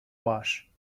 wash